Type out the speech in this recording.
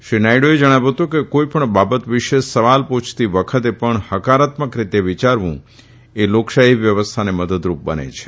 શ્રી નાયડુએ જણાવ્યું હતું કે કોઇપણ બાબત વિશે સવાલ પુછતી વખતે પણ હકારાત્મક રીતે વિચારવુ એ લોકશાહી વ્યવસ્થાને મદદરૂપ બને છે